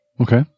okay